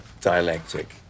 dialectic